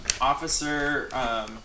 Officer